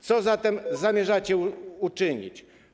Co zatem zamierzacie uczynić?